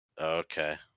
Okay